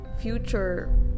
future